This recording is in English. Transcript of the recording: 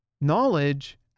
knowledge